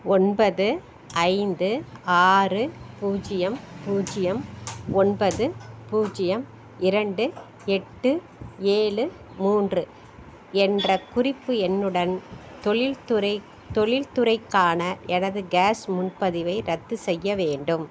ஒன்பது ஐந்து ஆறு பூஜ்ஜியம் பூஜ்ஜியம் ஒன்பது பூஜ்ஜியம் இரண்டு எட்டு ஏழு மூன்று என்ற குறிப்பு எண்ணுடன் தொழில்துறை தொழில்துறைக்கான எனது கேஸ் முன்பதிவை ரத்து செய்ய வேண்டும்